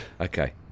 okay